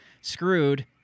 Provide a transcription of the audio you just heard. screwed